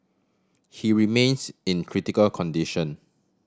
he remains in critical condition